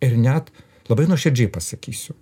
ir net labai nuoširdžiai pasakysiu